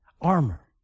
armor